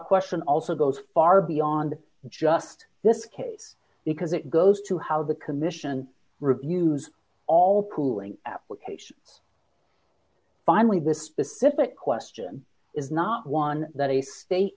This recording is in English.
question also goes far beyond just this case because it goes to how the commission reviews all pooling applications finally this specific question is not one that a state